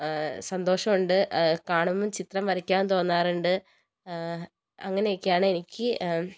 സന്തോഷമുണ്ട് കാണുമ്പോൾ ചിത്രം വരയ്ക്കാൻ തോന്നാറുണ്ട് അങ്ങനെയൊക്കെയാണ് എനിക്ക്